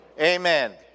Amen